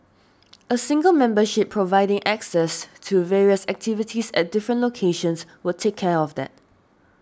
a single membership providing access to various activities at different locations would take care of that